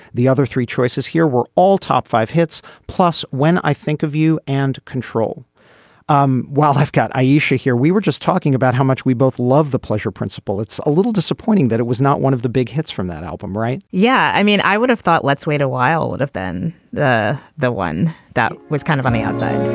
the other three choices here were all top five hits plus when i think of you and control um while i've got aisha yeah aisha here we were just talking about how much we both loved the pleasure principle it's a little disappointing that it was not one of the big hits from that album right yeah. i mean i would've thought let's wait a while and then the the one that was kind of on the outside